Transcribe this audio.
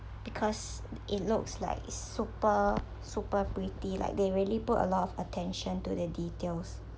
because it looks like super super pretty like they really put a lot of attention to the details